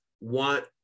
want